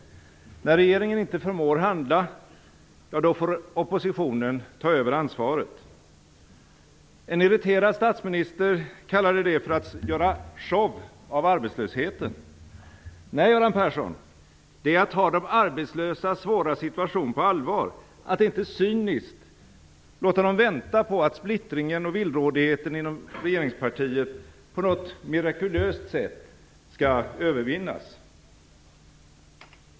När regeringen inte förmår handla, får oppositionen överta ansvaret. En irriterad statsminister kallade det att göra "show av arbetslösheten". Nej, Göran Persson, det är att ta de arbetslösas svåra situation på allvar, att inte cyniskt låta dem vänta på att splittringen och villrådigheten inom regeringspartiet på något mirakulöst sätt skall övervinnas.